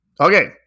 Okay